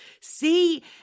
see